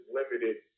limited